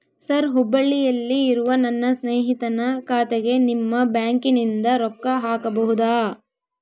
Sir ಹುಬ್ಬಳ್ಳಿಯಲ್ಲಿ ಇರುವ ನನ್ನ ಸ್ನೇಹಿತನ ಖಾತೆಗೆ ನಿಮ್ಮ ಬ್ಯಾಂಕಿನಿಂದ ರೊಕ್ಕ ಹಾಕಬಹುದಾ?